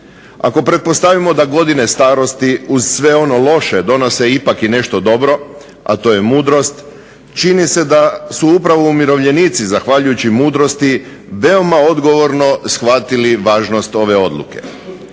Ako pretpostavimo da godine starosti uz sve ono loše donose ipak i nešto dobro, a to je mudrost čini se da su upravo umirovljenici zahvaljujući mudrosti veoma odgovorno shvatili važnost ove odluke.